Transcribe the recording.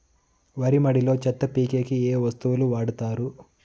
వరి మడిలో చెత్త పీకేకి ఏ వస్తువులు వాడుతారు?